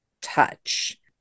touch